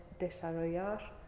desarrollar